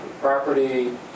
property